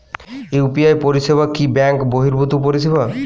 UPI পরিসেবা কি bank বর্হিভুত পরিসেবা?